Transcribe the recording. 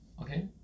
Okay